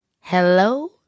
hello